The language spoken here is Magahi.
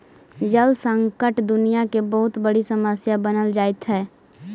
जल संकट दुनियां के बहुत बड़ी समस्या बनल जाइत हई